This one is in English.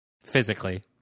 Physically